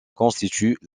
constituent